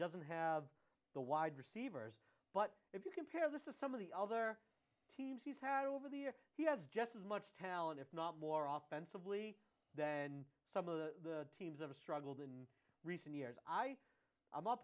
doesn't have the wide receivers but if you compare this to some of the other teams he's had over the year he has just as much talent if not more often simply than some of the teams have struggled in recent years i am not